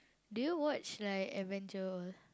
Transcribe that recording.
do you watch like Avenger all